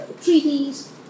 Treaties